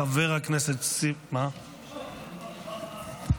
חבר הכנסת מיקי לוי,